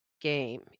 game